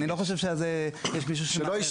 אני לא חושב שעל זה יש מישהו שמערער.